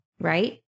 right